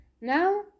Now